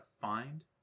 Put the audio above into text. find